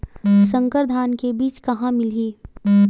संकर धान के बीज कहां मिलही?